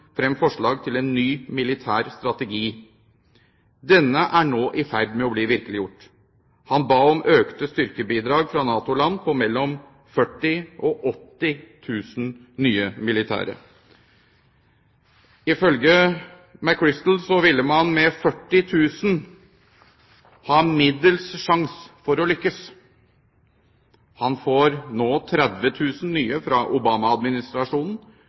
frem forslag til en ny militær strategi. Denne er nå i ferd med å bli virkeliggjort. Han ba om økte styrkebidrag fra NATO-land på mellom 40 000 og 80 000 nye militære. Ifølge McChrystal ville man med 40 000 ha middels sjanse for å lykkes. Han får nå 30 000 nye fra